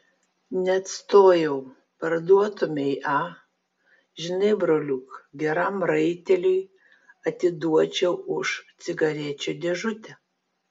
neatstojau parduotumei a žinai broliuk geram raiteliui atiduočiau už cigarečių dėžutę